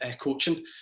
coaching